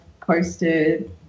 posted